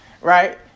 right